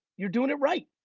you're doing it right.